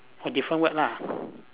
oh different word lah